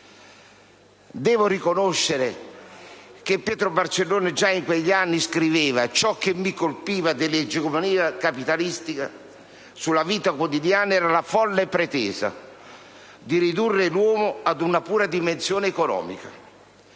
devo riconoscere che Pietro Barcellona già in quegli anni scriveva: «Ciò che mi colpiva dell'egemonia capitalistica sulla vita quotidiana era la folle pretesa di ridurre l'uomo ad una pura dimensione economica».